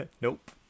Nope